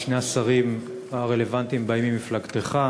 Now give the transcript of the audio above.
שני השרים הרלוונטיים באים ממפלגתך.